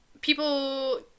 People